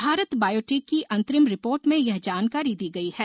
भारत बायोटेक की अंतरिम रिपोर्ट में यह जानकारी दी गई है